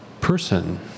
person